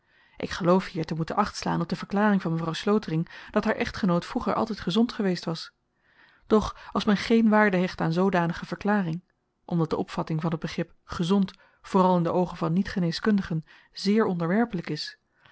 ik geloof hier te moeten achtslaan op de verklaring van mevrouw slotering dat haar echtgenoot vroeger altyd gezond geweest was doch als men geen waarde hecht aan zoodanige verklaring omdat de opvatting van t begrip gezondheid vooral in de oogen van niet geneeskundigen zeer onderwerpelyk is blyft